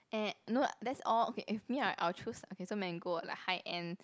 eh no that's all okay if me I'll choose okay so Mango like high end